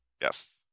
Yes